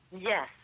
Yes